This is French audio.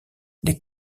les